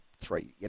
Three